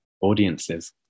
audiences